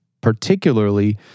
particularly